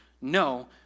no